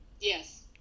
Yes